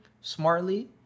smartly